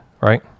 right